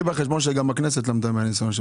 בחשבון שגם הכנסת למדה מהניסיון של השנים.